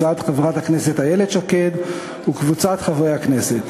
הצעת חברת הכנסת איילת שקד וקבוצת חברי הכנסת,